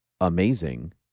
amazing